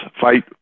fight